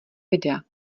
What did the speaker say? videa